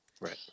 right